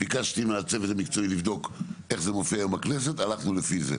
ביקשתי מהצוות המקצועי לבדוק איך זה מופיע היום הכנסת הלכנו לפי זה,